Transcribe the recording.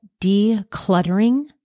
decluttering